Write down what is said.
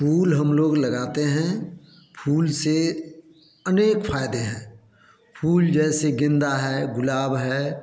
फूल हम लोग लगाते हैं फूलों से अनेक फायदे हैं फूल जैसे गेंदा है गुलाब है